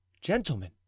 Gentlemen